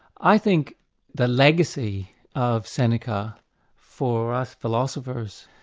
i think the legacy of seneca for us philosophers